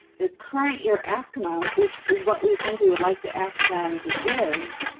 the current year ask amount, which is what we think we would like to ask them to give,